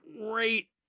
great